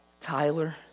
Tyler